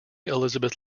elizabeth